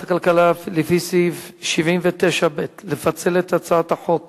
הכלכלה לפי סעיף 79(ב) לפצל את הצעת חוק